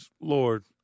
Lord